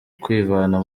kwivana